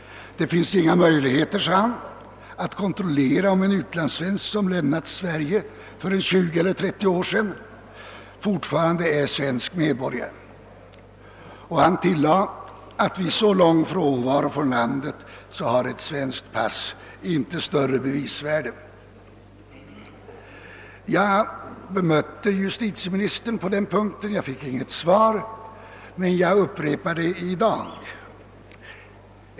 Det finns inga möjligheter att på ett tillförlitligt sätt kontrollera om en utlandssvensk som lämnat Sverige för 20 eller 30 år sedan fortfarande är svensk medborgare. Vid så lång frånvaro har ett svenskt pass inte något större bevisvärde.» Jag bemötte justitieministern på denna punkt men fick inget svar. Jag upprepar därför mitt bemötande i dag.